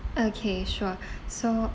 okay sure so